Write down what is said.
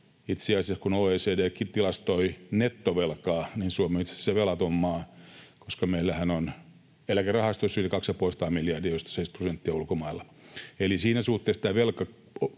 itse asiassa, kun OECD:kin tilastoi nettovelkaa, niin Suomi on itse asiassa velaton maa, koska meillähän on eläkerahastoissa yli kaksi ja puoli sataa miljardia, joista 70 prosenttia ulkomailla. Eli siinä suhteessa tämä